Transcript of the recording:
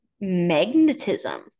magnetism